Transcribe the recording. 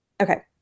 okay